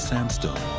sandstone.